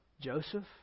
Joseph